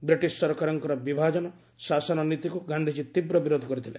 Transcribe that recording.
British ସରକାରଙ୍କର ବିଭାଜନ ଶାସନ ନୀତିକୁ ଗାନ୍ଧିଜୀ ତୀବ୍ର ବିରୋଧ କରିଥିଲେ